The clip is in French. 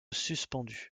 suspendus